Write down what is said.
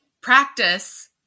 practice